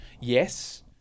yes